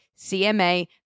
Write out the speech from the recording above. CMA